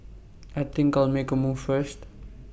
I think I'll make A move first